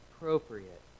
appropriate